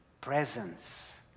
Presence